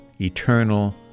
eternal